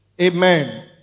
Amen